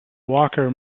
walker